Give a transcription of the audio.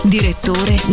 Direttore